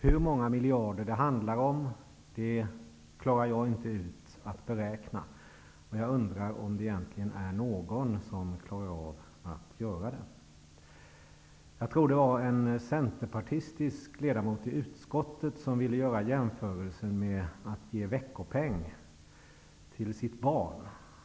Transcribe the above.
Hur många miljarder det handlar om klarar jag inte av att beräkna, och jag undrar om det egentligen är någon som klarar av det. Jag tror att det var en centerpartistisk ledamot i utskottet som ville göra jämförelsen med att ge veckopeng till sitt barn.